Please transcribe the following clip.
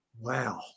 wow